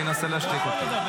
אני אנסה להשתיק אותם.